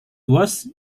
was